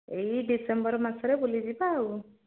ଏଇ ଡିସେମ୍ବର୍ ମାସରେ ବୁଲିଯିବା ଆଉ